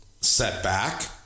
setback